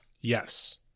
Yes